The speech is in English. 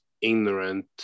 ignorant